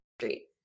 Street